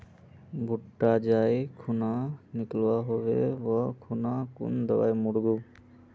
भुट्टा जाई खुना निकलो होबे वा खुना कुन दावा मार्मु?